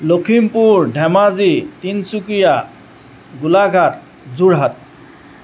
Lakhimpur Dhemaji Tinsukia Golaghat Jorhat